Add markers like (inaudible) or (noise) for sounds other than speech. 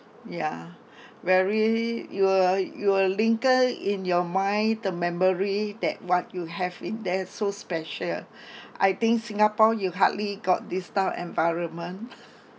ya very it will it will linger in your mind the memory that what you have in there so special (breath) I think singapore you hardly got this style environment